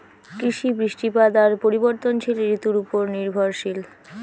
কৃষি, বৃষ্টিপাত আর পরিবর্তনশীল ঋতুর উপর নির্ভরশীল